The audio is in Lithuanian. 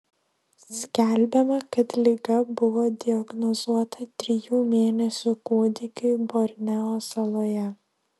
skelbiama kad liga buvo diagnozuota trijų mėnesių kūdikiui borneo saloje